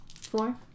Four